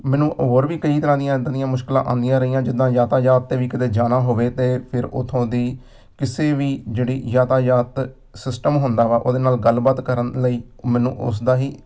ਮੈਨੂੰ ਹੋਰ ਵੀ ਕਈ ਤਰ੍ਹਾਂ ਦੀਆਂ ਇੱਦਾਂ ਦੀਆਂ ਮੁਸ਼ਕਿਲਾਂ ਆਉਂਦੀਆਂ ਰਹੀਆਂ ਜਿੱਦਾਂ ਯਾਤਾਯਾਤ 'ਤੇ ਵੀ ਕਿਤੇ ਜਾਣਾ ਹੋਵੇ ਤਾਂ ਫਿਰ ਉੱਥੋਂ ਦੀ ਕਿਸੇ ਵੀ ਜਿਹੜੀ ਯਾਤਾਯਾਤ ਸਿਸਟਮ ਹੁੰਦਾ ਵਾ ਉਹਦੇ ਨਾਲ ਗੱਲਬਾਤ ਕਰਨ ਲਈ ਮੈਨੂੰ ਉਸ ਦਾ ਹੀ